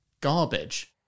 garbage